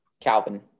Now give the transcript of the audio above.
Calvin